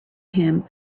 him